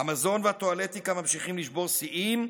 המזון והטואלטיקה ממשיכים לשבור שיאים,